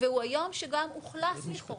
והוא היום שגם אוכלס לכאורה.